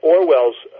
Orwell's